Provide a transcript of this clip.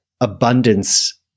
abundance